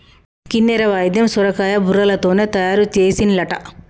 కిన్నెర వాయిద్యం సొరకాయ బుర్రలతోనే తయారు చేసిన్లట